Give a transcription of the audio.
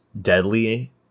deadly